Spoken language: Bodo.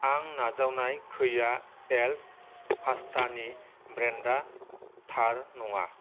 आं नाजावनाय कैया एल्ब' पास्तानि ब्रेन्डा थार नङा